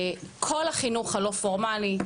כל החינוך הלא פורמלי,